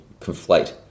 conflate